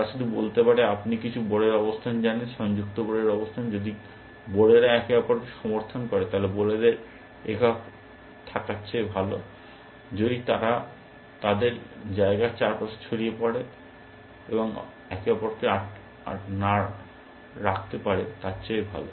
তারা শুধু বলতে পারে আপনি কিছু বড়ের অবস্থান জানেন সংযুক্ত বড়ের অবস্থান যদি বোড়েরা একে অপরকে সমর্থন করে তাহলে বোড়েদের একক থাকার চেয়ে ভাল যদি তারা তাদের জায়গার চারপাশে ছড়িয়ে পড়ে এবং একে অপরকে না রাখতে পারে তার চেয়ে ভাল